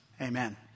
Amen